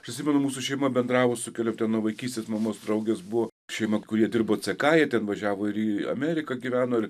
prisimenu mūsų šeima bendravo su keliom ten nuo vaikystės mamos draugės buvo šeima kurie dirbo ck jie ten važiavo ir į ameriką gyveno ir